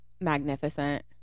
magnificent